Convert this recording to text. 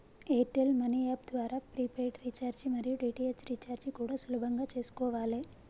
air tell money app ద్వారా prepaid recharge మరియు DTH recharge కూడా సులభంగా చేసుకోవాలే